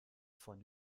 von